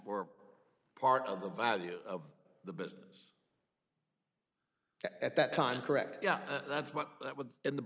were part of the value of the business at that time correct yeah that's what that was in the